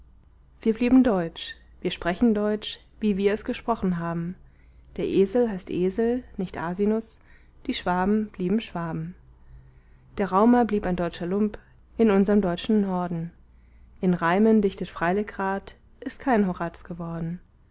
wir blieben deutsch wir sprechen deutsch wie wir es gesprochen haben der esel heißt esel nicht asinus die schwaben blieben schwaben der raumer blieb ein deutscher lump in unserm deutschen norden in reimen dichtet freiligrath ist kein horaz geworden